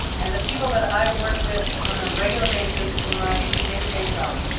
and the people that i work with on a regular basis in my day-to-day job.